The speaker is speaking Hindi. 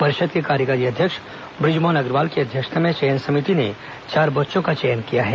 परिषद के कार्यकारी अध्यक्ष ब्रजमोहन अग्रवाल की अध्यक्षता में चयन समिति ने चार बच्चों का चयन किया है